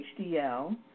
HDL